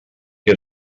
que